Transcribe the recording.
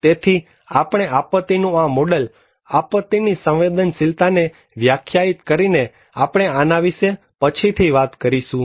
તેથી આપણે આપત્તિનુ આ મોડલ આપત્તિ ની સંવેદનશીલતાને વ્યાખ્યાયિત કરી ને આપણે આના વિષે પછીથી વાત કરીશું